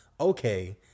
okay